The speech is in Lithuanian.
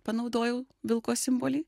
panaudojau vilko simbolį